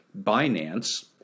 Binance